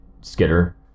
Skitter